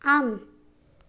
आम्